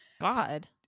God